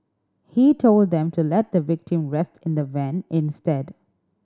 he told them to let the victim rest in the van instead